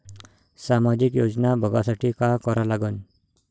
सामाजिक योजना बघासाठी का करा लागन?